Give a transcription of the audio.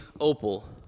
opal